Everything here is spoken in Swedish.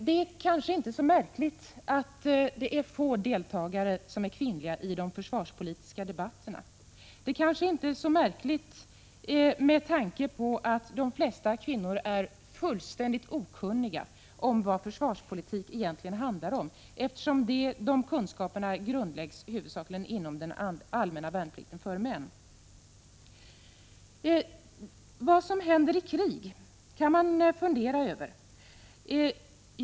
Det är kanske inte så märkligt att det är få kvinnliga deltagare i de försvarspolitiska debatterna. Det kanske inte är så märkligt med tanke på att de flesta kvinnor är fullständigt okunniga om vad försvarspolitiken egentligen handlar om, 7 eftersom kunskaperna huvudsakligen grundläggs inom den allmänna värnplikten för män. Vad som händer i krig kan man fundera över.